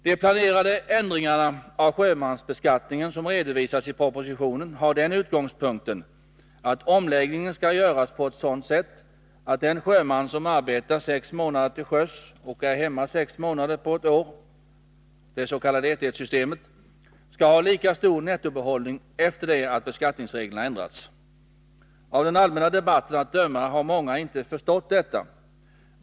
De planerade ändringarna av sjömansbeskattningen som redovisas i propositionen har den utgångspunkten att omläggningen skall göras på ett sådant sätt att den sjöman som arbetar sex månader till sjöss och är hemma sex månader på ett år skall ha lika stor nettobehållning efter det att beskattningsreglerna ändrats. Av den allmänna debatten att döma har många inte förstått detta.